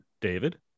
David